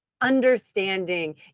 Understanding